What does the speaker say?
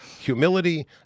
humility